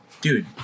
dude